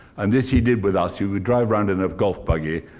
um this he did with us. he would drive round in a golf buggy,